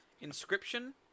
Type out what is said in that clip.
Inscription